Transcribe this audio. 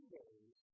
days